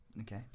okay